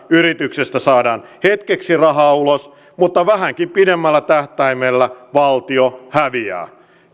yrityksestä saadaan hetkeksi rahaa ulos mutta vähänkin pidemmällä tähtäimellä valtio häviää